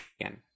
again